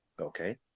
Okay